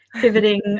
pivoting